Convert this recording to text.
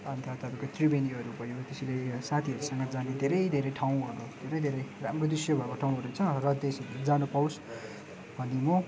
अन्त तपाईँको त्रिवेणीहरू भयो त्यसरी साथीहरूसँग जाने धेरै धेरै ठाउँहरू धेरै धेरै राम्रो दृश्य भएको ठाउँहरू छ र त्यस जान पाओस् भनी म